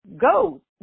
go